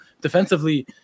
defensively